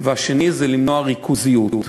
והשני זה למנוע ריכוזיות.